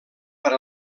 per